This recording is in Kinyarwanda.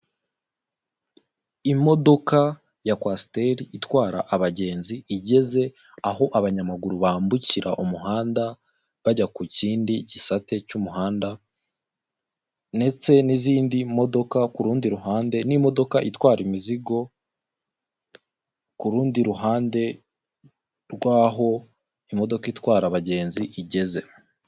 Imodoka ya kwasiteri itwara abagenzi, igeze aho abanyamaguru bambukira umuhanda bajya ku kindi gisate cy'umuhanda, ndetse n'izindi modoka ku rundi ruhande, n'imodoka itwara imizig, ku rundi ruhande rw'aho imodoka itwara abagenzi igeze.